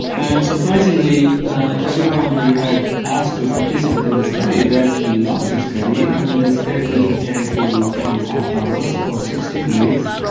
and surprisingly everyone we had asked to participate in this study, they actually loved the study, and they stayed within ten to ten and a half hours for sixteen weeks.